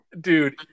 Dude